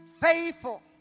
faithful